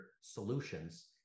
solutions